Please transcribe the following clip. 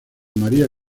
maría